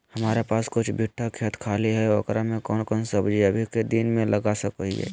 हमारा पास कुछ बिठा खेत खाली है ओकरा में कौन कौन सब्जी अभी के दिन में लगा सको हियय?